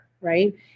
right